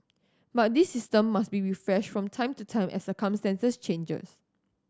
but this system must be refreshed from time to time as circumstances changes